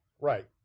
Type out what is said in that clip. right